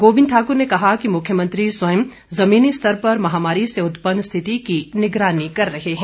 गोविंद ठाक्र ने कहा कि मुख्यमंत्री स्वयं जमीनी स्तर पर महामारी से उत्पन्न स्थिति की निगरानी कर रहे हैं